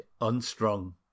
unstrung